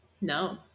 No